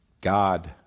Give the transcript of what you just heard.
God